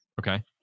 Okay